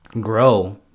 grow